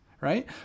right